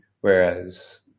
whereas